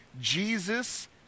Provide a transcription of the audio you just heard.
Jesus